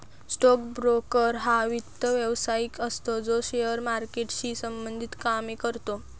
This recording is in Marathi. स्टोक ब्रोकर हा वित्त व्यवसायिक असतो जो शेअर मार्केटशी संबंधित कामे करतो